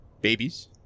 babies